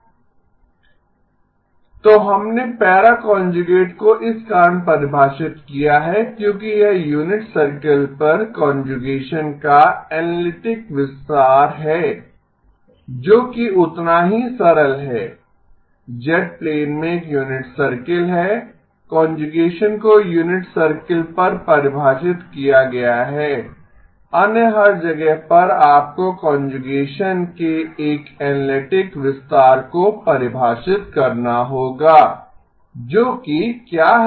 H e jω ab e− jω H ¿ e jω a¿b¿ e jω H e jω a¿b¿ e jω तो हमने para conjugate को इस कारण परिभाषित किया है क्योंकि यह यूनिट सर्कल पर कांजुगेसन का एनालिटिक विस्तार है जो कि उतना ही सरल है z प्लेन में एक यूनिट सर्कल है कांजुगेशन को यूनिट सर्कल पर परिभाषित किया गया है अन्य हर जगह पर आपको कांजुगेशन के एक एनालिटिक विस्तार को परिभाषित करना होगा जोकि क्या है